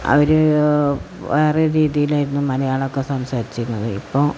അവർ വേറെ രീതിയിലായിരുന്നു മലയാളമൊക്കെ സംസാരിച്ചിരുന്നത് ഇപ്പോൾ